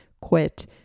quit